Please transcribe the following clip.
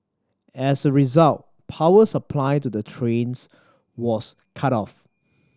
as a result power supply to the trains was cut off